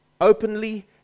openly